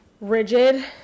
rigid